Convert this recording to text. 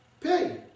pay